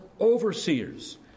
overseers